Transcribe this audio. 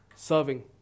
Serving